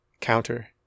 counter